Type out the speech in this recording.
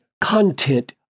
content